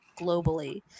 globally